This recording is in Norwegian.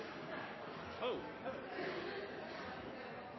nei